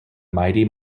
mighty